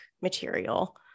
material